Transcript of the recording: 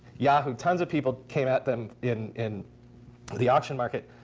yahoo, tons of people came at them in in the auction market.